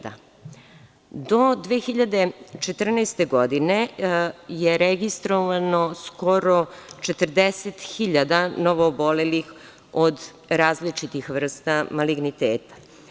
Do 2014. godine je registrovano skoro 40.000 novoobolelih od različitih vrsta maligniteta.